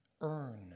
earn